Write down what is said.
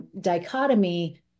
dichotomy